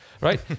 right